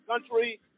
country